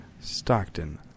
Stockton